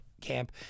camp